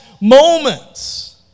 moments